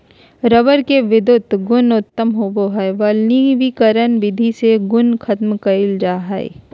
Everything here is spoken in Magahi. रबर के विधुत गुण उत्तम होवो हय वल्कनीकरण विधि से गुण खत्म करल जा हय